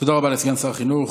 תודה רבה לסגן שר החינוך.